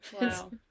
Wow